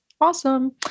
awesome